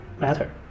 matter